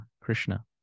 Krishna